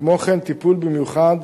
כמו גם בטיפול מיוחד